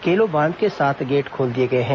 केलो बांध के सात गेट खोल दिए गए हैं